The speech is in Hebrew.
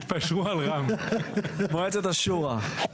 אז